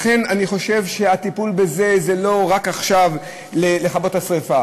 לכן אני חושב שהטיפול בזה הוא לא רק לכבות עכשיו את השרפה,